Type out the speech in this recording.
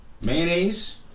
mayonnaise